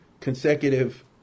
consecutive